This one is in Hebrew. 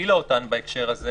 הפעילה אותן בהקשר הזה